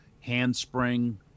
handspring